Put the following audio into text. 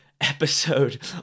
episode